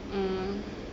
mm